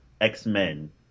X-Men